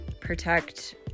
protect